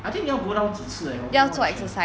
I think 你要 go down 几次 leh I'm not very sure